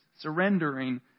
surrendering